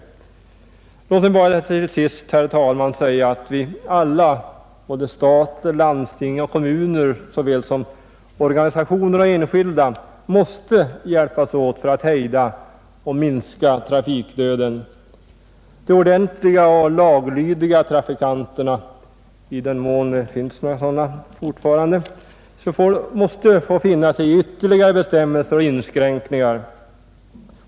Låt mig bara till sist, herr talman, säga att vi alla, stat, landsting och kommuner samt organisationer och enskilda, måste hjälpas åt för att hejda och minska trafikdöden. De ordentliga och laglydiga trafikanterna — i den mån sådana fortfarande finns — får finna sig i ytterligare bestämmelser och inskränkningar.